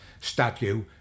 statue